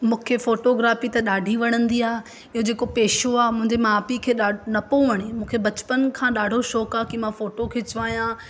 मूंखे फोटोग्राफी त ॾाढी वणंदी आहे इहो जेको पेशो आहे मुंहिंजे माउ पीउ खे ॾाड न पियो वणे मूंखे बचपन खां ॾाढो शौक़ु आहे की मां फोटो खिचवायां